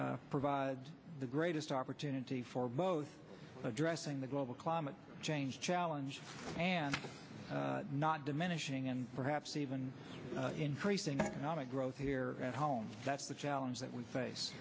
that provide the greatest opportunity for both addressing the global climate change challenge and not diminishing and perhaps even increasing economic growth here at home that's the challenge that we face